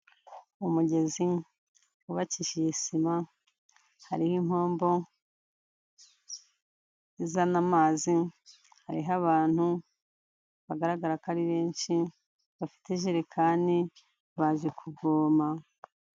Umugezi wubakishije sima, hariho impombo izana amazi, hariho abantu bagaragara ko ari benshi, bafite ijererekani baje kuvoma.